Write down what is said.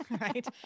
Right